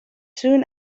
soon